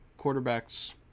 quarterbacks